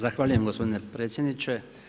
Zahvaljujem gospodine predsjedniče.